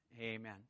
amen